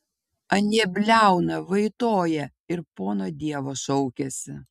anie bliauna vaitoja ir pono dievo šaukiasi